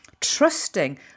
trusting